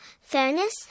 fairness